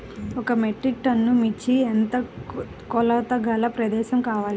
ఒక metric ton మిర్చికి ఎంత కొలతగల ప్రదేశము కావాలీ?